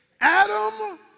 Adam